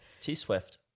T-Swift